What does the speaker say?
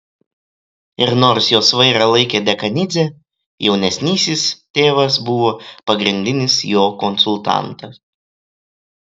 ir nors jos vairą laikė dekanidzė jaunesnysis tėvas buvo pagrindinis jo konsultantas